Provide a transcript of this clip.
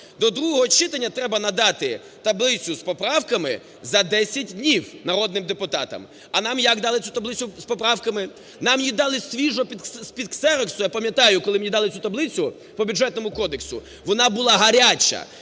до другого читання треба надати таблицю з поправками за 10 днів народним депутатам. А нам як дали цю таблицю з поправками? Нам її дали свіжу, з-під ксероксу. Я пам'ятаю, коли мені дали цю таблицю по Бюджетному кодексу, вона була гаряча,